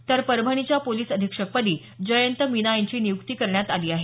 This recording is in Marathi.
तर परभणीच्या पोलीस अधीक्षकपदी जयंत मीना यांची नियुक्ती करण्यात आली आहे